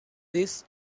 this